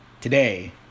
today